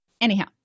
anyhow